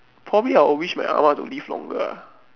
probably I'll wish my ah-ma to live longer ah